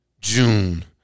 June